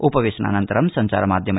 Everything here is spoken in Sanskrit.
उपवेशनानन्तर सब्चार माध्यम